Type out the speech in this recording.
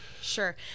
Sure